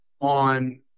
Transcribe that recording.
on